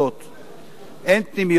אין פנימיות צמודות.